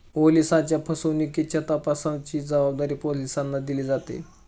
ओलिसांच्या फसवणुकीच्या तपासाची जबाबदारी पोलिसांना दिली जाते